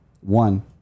One